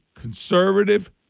conservative